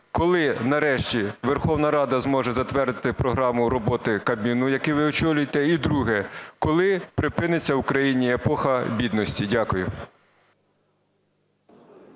коли нарешті Верховна Рада зможе затвердити програму роботи Кабміну, який ви очолюєте? І друге. Коли припиниться в Україні епоха бідності? Дякую.